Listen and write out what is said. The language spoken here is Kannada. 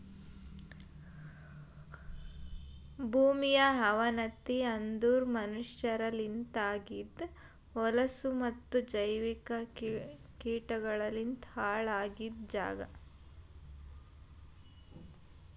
ಭೂಮಿಯ ಅವನತಿ ಅಂದುರ್ ಮನಷ್ಯರಲಿಂತ್ ಆಗಿದ್ ಹೊಲಸು ಮತ್ತ ಜೈವಿಕ ಕೀಟಗೊಳಲಿಂತ್ ಹಾಳ್ ಆಗಿದ್ ಜಾಗ್